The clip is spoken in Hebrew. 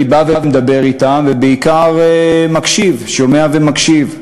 אני בא ומדבר אתם, ובעיקר מקשיב, שומע ומקשיב.